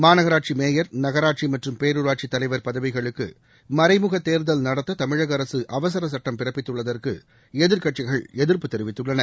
மாநகராட்சி மேயர் நகராட்சி மற்றும் பேரூராட்சி தலைவர் பதவிகளுக்கு மறைமுக தேர்தல் நடத்த தமிழக அரசு அவசர சட்டம் பிறப்பித்துள்ளதற்கு எதிர்க்கட்சிகள் எதிர்ப்பு தெரிவித்துள்ளன